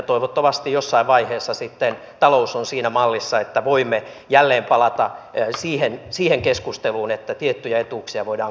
toivottavasti jossain vaiheessa sitten talous on siinä mallissa että voimme jälleen palata siihen keskusteluun että tiettyjä etuuksia voidaan korottaa